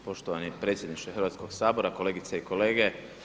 Hvala, poštovani predsjedniče Hrvatskog sabora, kolegice i kolege.